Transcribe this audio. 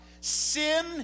Sin